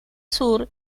sur